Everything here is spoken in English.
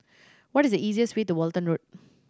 what is the easiest way to Walton Road